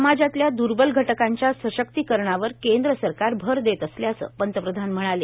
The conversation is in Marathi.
समाजातल्या द्र्बल घटकांच्या सशक्तीकरणावर केंद्र सरकार भर देत असल्याचं पंतप्रधान म्हणाले